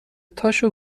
تاشو